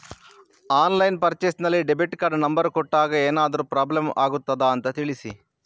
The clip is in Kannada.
ಆನ್ಲೈನ್ ಪರ್ಚೇಸ್ ನಲ್ಲಿ ಡೆಬಿಟ್ ಕಾರ್ಡಿನ ನಂಬರ್ ಕೊಟ್ಟಾಗ ಏನಾದರೂ ಪ್ರಾಬ್ಲಮ್ ಆಗುತ್ತದ ಅಂತ ತಿಳಿಸಿ?